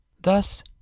Thus